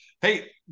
Hey